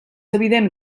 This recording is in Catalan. evident